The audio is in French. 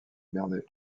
garder